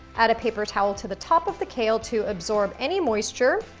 add a paper towel to the top of the kale to absorb any moisture.